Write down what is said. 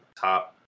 top